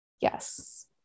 yes